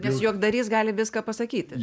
nes juokdarys gali viską pasakyti